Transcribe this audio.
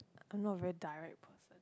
I'm not a very direct person